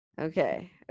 Okay